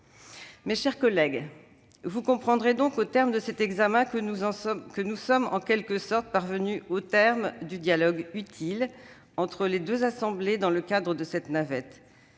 mes chers collègues, que, au moment de cet examen, nous sommes en quelque sorte parvenus au terme du dialogue utile entre les deux assemblées dans le cadre de cette navette.